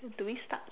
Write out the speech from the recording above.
do we start